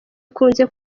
ikunze